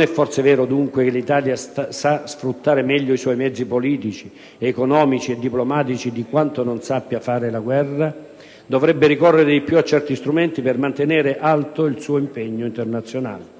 è forse vero, dunque, che l'Italia sa sfruttare meglio i suoi mezzi politici, economici e diplomatici di quanto non sappia fare con la guerra? Dovrebbe ricorrere di più a certi strumenti per mantenere alto il suo impegno internazionale.